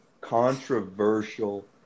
controversial